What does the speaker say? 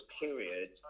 period